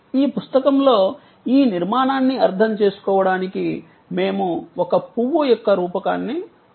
ఈ పుస్తకంలో ఈ నిర్మాణాన్ని అర్థం చేసుకోవడానికి మేము ఒక పువ్వు యొక్క రూపకాన్ని ఉపయోగించాము